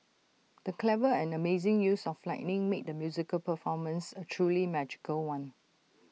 the clever and amazing use of lighting made the musical performance A truly magical one